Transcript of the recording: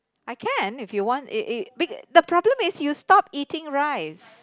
I can if you want it it big the problem is you stop eating rice